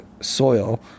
soil